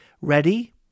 ready